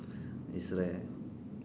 it's rare